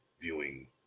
viewing